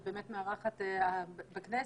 את באמת מארחת בכנסת.